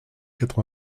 quatre